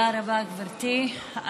תודה רבה, גברתי.